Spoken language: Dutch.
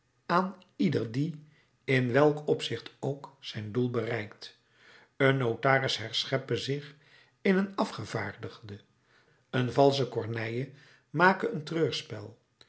aan ieder die in welk opzicht ook zijn doel bereikt een notaris herscheppe zich in een afgevaardigde een valsche corneille make een